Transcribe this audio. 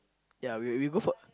ya we'll we'll go for